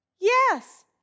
Yes